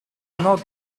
not